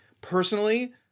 Personally